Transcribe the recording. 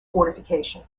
fortification